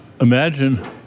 imagine